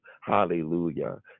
hallelujah